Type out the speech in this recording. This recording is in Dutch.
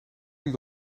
niet